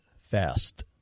fast